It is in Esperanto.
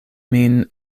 min